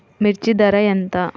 మిర్చి ధర ఎంత?